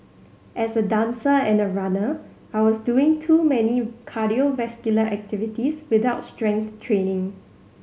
as a dancer and a runner I was doing too many cardiovascular activities without strength training